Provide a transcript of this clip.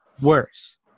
worse